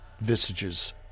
visages